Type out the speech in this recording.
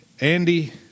Andy